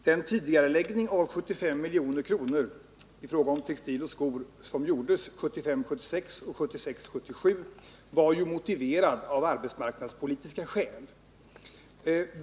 Herr talman! De tidigareläggningar om 75 milj.kr. av beställningar på textil och skor som gjordes under budgetåren 1975 77 var ju motiverade av arbetsmarknadspolitiska skäl.